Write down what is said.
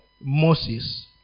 Moses